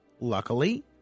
Luckily